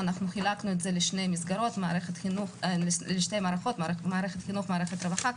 חילקנו את זה לשתי מערכות: מערכת חינוך ומערכת הרווחה,